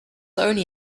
only